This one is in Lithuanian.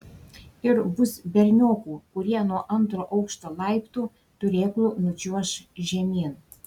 ir bus berniokų kurie nuo antro aukšto laiptų turėklų nučiuoš žemyn